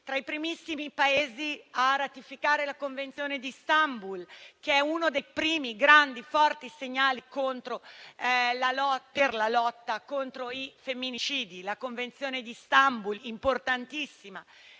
tra i primissimi Paesi a ratificare con forza la Convenzione di Istanbul, che rappresenta uno dei primi grandi e forti segnali nella lotta contro i femminicidi. La Convenzione di Istanbul è importantissima